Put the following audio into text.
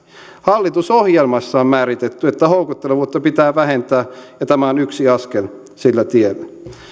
hallitusohjelmassa on määritetty että houkuttelevuutta pitää vähentää ja tämä on yksi askel sillä tiellä